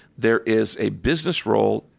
there is a business role,